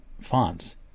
fonts